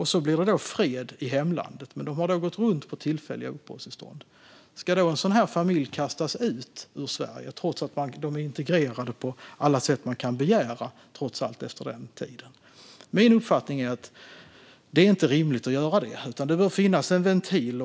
Så blir det fred i hemlandet. De har gått runt på tillfälliga uppehållstillstånd. Ska då en sådan familj kastas ut ur Sverige trots att de är integrerade på alla sätt man trots allt kan begära efter den tiden? Min uppfattning är att det inte är rimligt att göra det, utan det bör finnas en ventil.